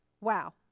Wow